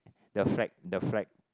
the flag the flag